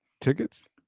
Tickets